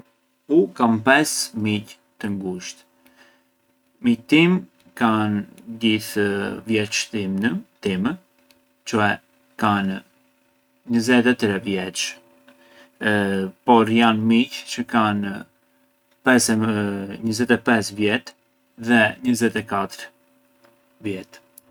U kam pesë miqë të ngushtë, miqët timë kanë gjithë vjesht tim-timë, cioè kanë njëzet e tre vjeç, por janë miqë çë kanë pesemë- njëzet e pesë vjet dhe njëzet e katër vjet.